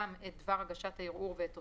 גם את דבר הגשת הערעור ואת תוצאותיו,